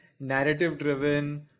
narrative-driven